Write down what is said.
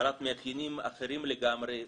בעלת מאפיינים אחרים לגמרי.